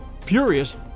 Furious